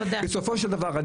בסופו של דבר,